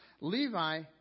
Levi